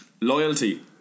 Loyalty